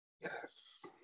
yes